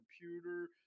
computer